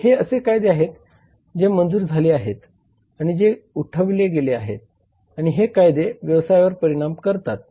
तर हे असे काही कायदे आहेत जे मंजूर झाले आहेत आणि जे उठवले गेले आहेत आणि हे कायदे व्यवसायावर परिणाम करतात